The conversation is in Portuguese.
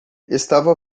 estava